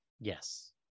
yes